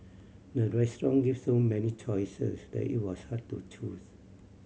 the restaurant gave so many choices that it was hard to choose